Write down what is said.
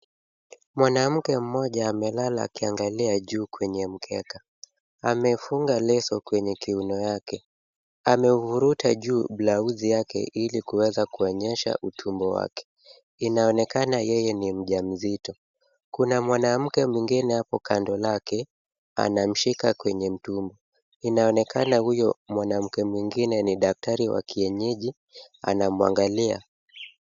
Mwanamke mmoja amelala akiangalia juu kwenye mkeka. Amefunga leso kwenye kiuno yake. Amevuta juu blauzi yake ili kuweza kuonyesha utumbo wake. Inaonekana yeye ni mjamzito. Kuna mwanamke mwingine hapo kando lake, anamshika kwenye tumbo. Inaonekana huyo mwanamke mwingine ni daktari wa kienyeji, anamuangalia.